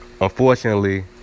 Unfortunately